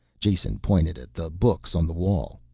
jason pointed at the books on the wall.